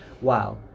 wow